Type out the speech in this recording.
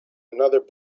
another